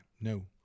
No